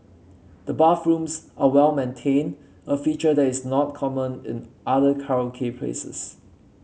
the bathrooms are well maintained a feature that is not common in other karaoke places